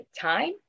time